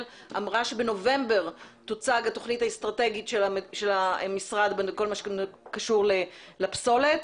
אמרה שבנובמבר תוצג התוכנית האסטרטגית של המשרד בכל מה שקשור לפסולת.